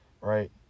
right